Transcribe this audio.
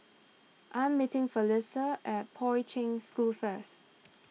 I'm meeting Felisha at Poi Ching School first